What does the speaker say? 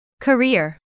Career